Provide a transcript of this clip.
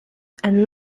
and